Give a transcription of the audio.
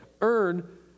earn